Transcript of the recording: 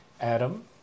Adam